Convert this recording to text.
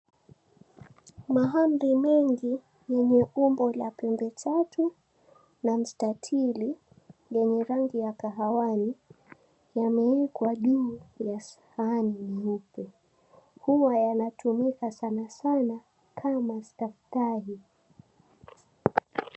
Mahamri mengi yenye umbo la pembe tatu na mstatili yenye rangi ya kahawani, yamewekwa juu ya sahani nyeupe. Huwa yanatumika sana sana kama staftahi.